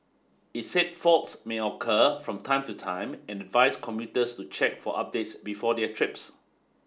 it said faults may occur from time to time and advised commuters to check for updates before their trips